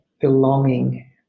belonging